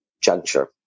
juncture